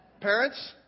Parents